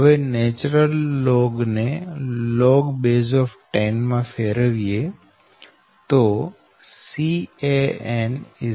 હવે natural log ln ને log10 માં ફેરવીએ તો Can 0